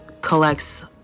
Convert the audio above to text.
collects